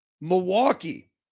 Milwaukee